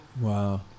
Wow